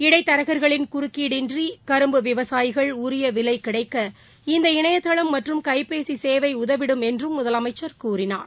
இடைத்தரகர்களின் குறுக்கீடு இன்றிகரும்பு விவசாயிகள் உரியவிலைகிடைக்க இந்த இணையதளம் மற்றும் கைபேசிசேவைஉதவிடும் என்றும் முதலமைச்சர் கூறினார்